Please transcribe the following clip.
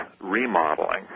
remodeling